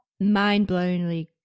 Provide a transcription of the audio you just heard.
Mind-blowingly